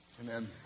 Amen